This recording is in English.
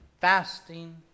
fasting